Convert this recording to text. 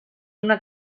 una